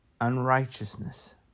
Unrighteousness